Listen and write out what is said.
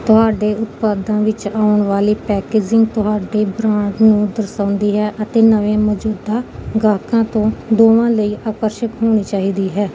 ਤੁਹਾਡੇ ਉਤਪਾਦਾਂ ਵਿੱਚ ਆਉਣ ਵਾਲੀ ਪੈਕੇਜਿੰਗ ਤੁਹਾਡੇ ਬ੍ਰਾਂਡ ਨੂੰ ਦਰਸਾਉਂਦੀ ਹੈ ਅਤੇ ਨਵੇਂ ਮੌਜੂਦਾ ਗਾਹਕਾਂ ਤੋਂ ਦੋਵਾਂ ਲਈ ਆਕਰਸ਼ਕ ਹੋਣੀ ਚਾਹੀਦੀ ਹੈ